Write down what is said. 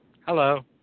Hello